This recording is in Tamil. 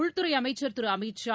உள்துறை அமைச்சர் திரு அமித் ஷா